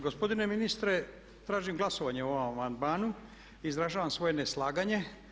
Gospodine ministre, tražim glasovanje o ovom amandmanu, izražavam svoje neslaganje.